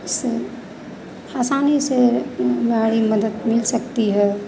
स आसानी से हमारी मदद मिल सकती है